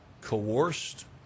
coerced